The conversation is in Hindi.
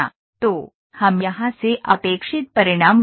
तो हम यहाँ से अपेक्षित परिणाम क्या हैं